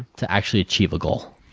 to actually achieve a goal.